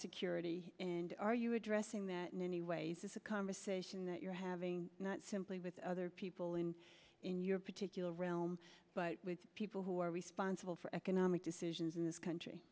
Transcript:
security are you addressing that in any ways is a conversation that you're having not simply with other people and in your particular realm but with the people who are responsible for economic decisions in this country